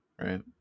right